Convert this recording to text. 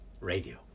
radio